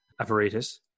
apparatus